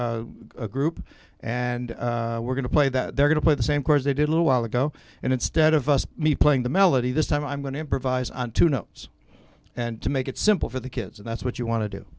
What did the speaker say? a group and we're going to play that they're going to play the same course they did a little while ago and instead of us me playing the melody this time i'm going to improvise to know and to make it simple for the kids and that's what you want to do